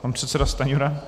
Pan předseda Stanjura.